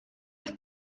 wrth